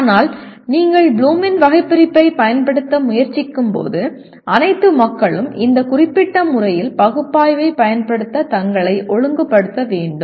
ஆனால் நீங்கள் ப்ளூமின் வகைபிரிப்பைப் பயன்படுத்த முயற்சிக்கும்போது அனைத்து மக்களும் இந்த குறிப்பிட்ட முறையில் பகுப்பாய்வைப் பயன்படுத்த தங்களை ஒழுங்கு படுத்த வேண்டும்